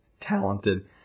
talented